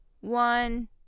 one